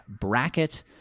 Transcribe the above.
bracket